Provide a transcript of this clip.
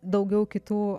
daugiau kitų